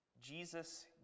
Jesus